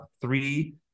three